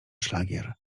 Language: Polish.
szlagier